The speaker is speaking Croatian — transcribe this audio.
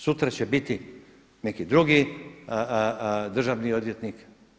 Sutra će biti neki drugi državni odvjetnik.